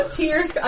tears